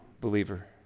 believer